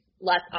less